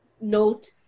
note